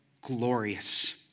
glorious